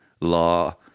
law